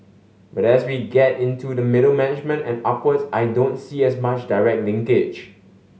but as we get into the middle management and upwards I don't see as much direct linkage